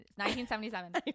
1977